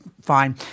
fine